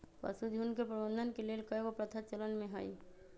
पशुझुण्ड के प्रबंधन के लेल कएगो प्रथा चलन में हइ